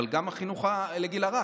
אבל גם החינוך לגיל הרך,